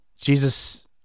Jesus